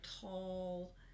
tall